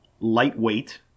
lightweight